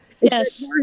Yes